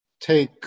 take